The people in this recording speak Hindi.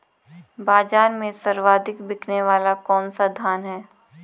बाज़ार में सर्वाधिक बिकने वाला कौनसा धान है?